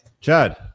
Chad